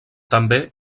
també